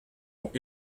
ont